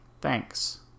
Thanks